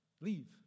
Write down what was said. Leave